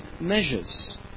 measures